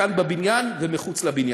כאן בבניין ומחוץ לבניין.